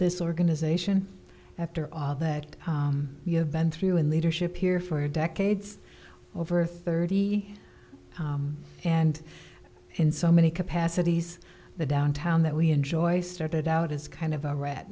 this organization after all that you have been through in leadership here for decades over thirty and in so many capacities the downtown that we enjoy started out as kind of a rat